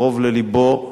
קרובים ללבו,